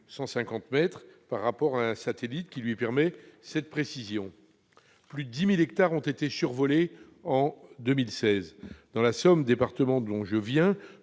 150 mètres -, par rapport à celle d'un satellite, qui lui permet cette précision. Plus de 10 000 hectares ont été survolés en 2016. Dans mon département, la Somme,